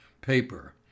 paper